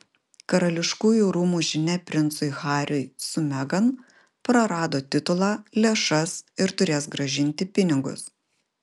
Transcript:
karališkųjų rūmų žinia princui hariui su megan prarado titulą lėšas ir turės grąžinti pinigus